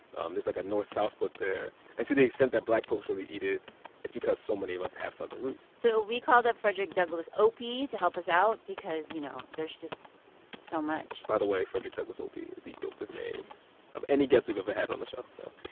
um there's, like, a north-south split there. and to the extent that black folks really eat it it's because so many of us have southern roots so we called up frederick douglass opie to help us out because, you know, there's just so much to. by the way, frederick douglass opie is the dopest name of any guest we've ever had on the show, so.